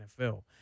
NFL